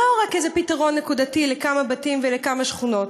לא רק איזה פתרון נקודתי לכמה בתים ולכמה שכונות.